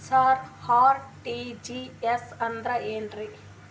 ಸರ RTGS ಅಂದ್ರ ಏನ್ರೀ?